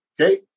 Okay